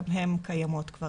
גם הן קיימות כבר 20 שנה.